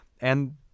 And-